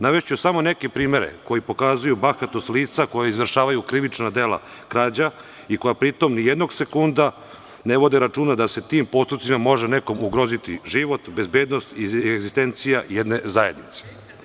Navešću samo neke primere koji pokazuju bahatost lica koja izvršavaju krivična dela krađa i koja pri tom ni jednog sekunda ne vode računa da se tim postupcima može nekom ugroziti život, bezbednost i egzistencija jedne zajednice.